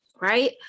right